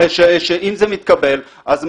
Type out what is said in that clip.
ואם זה מתקבל,